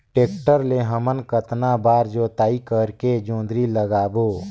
Tractor ले हमन कतना बार जोताई करेके जोंदरी लगाबो?